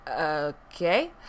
Okay